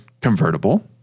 convertible